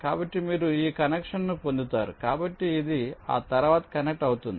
కాబట్టి మీరు ఈ కనెక్షన్ను పొందుతారు కాబట్టి ఇది ఆ తర్వాత కనెక్ట్ అవుతుంది